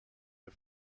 the